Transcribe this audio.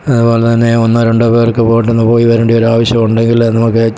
അതുപോലെ തന്നെ ഒന്നോ രണ്ടോ പേർക്ക് പെട്ടെന്ന് പോയി വരേണ്ട ഒരു ആവശ്യമുണ്ടെങ്കിൽ നമുക്ക്